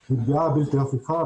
כן, בבקשה.